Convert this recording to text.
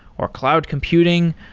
or cloud computing,